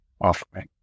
offering